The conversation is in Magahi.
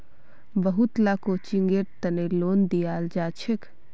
बहुत ला कोचिंगेर तने लोन दियाल जाछेक